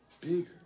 Bigger